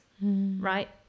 right